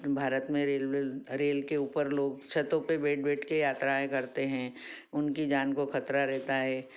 भारत में railway rail के ऊपर लोग छतों पर बैठ बैठ कर यात्राएँ करते हैं उनकी जान को खतरा रहता है